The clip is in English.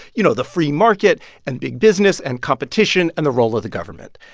you know, the free market and big business and competition and the role of the government.